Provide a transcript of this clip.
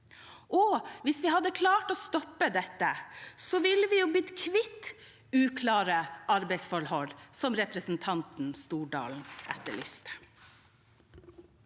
Hvis vi hadde klart å stoppe det, ville vi jo blitt kvitt uklare arbeidsforhold, noe representanten Stordalen etterlyste.